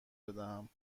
بدهم